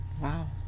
Wow